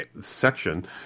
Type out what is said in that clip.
section